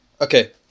Okay